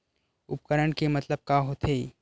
उपकरण के मतलब का होथे?